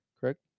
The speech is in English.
Correct